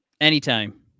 Anytime